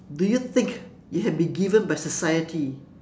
do you think you have been given by society